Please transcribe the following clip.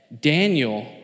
Daniel